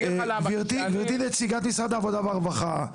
גברתי נציגת משרד העבודה והרווחה,